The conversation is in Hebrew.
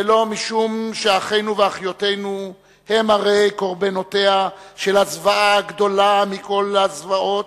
ולא משום שאחינו ואחיותינו הם קורבנותיה של הזוועה הגדולה מכל הזוועות,